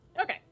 Okay